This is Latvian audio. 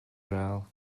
žēl